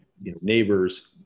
neighbors